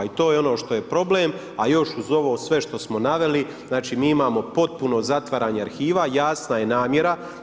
I to je ono što je problem, ali još uz ovo sve što smo naveli mi imamo potpuno zatvaranje arhiva, jasna je namjera.